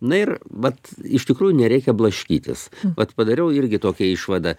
na ir vat iš tikrųjų nereikia blaškytis vat padariau irgi tokią išvadą